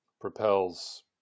propels